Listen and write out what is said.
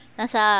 nasa